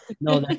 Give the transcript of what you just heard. No